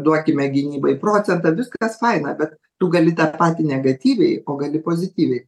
duokime gynybai procentą viskas faina bet tu gali tą patį negatyviai o gali pozityviai